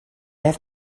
have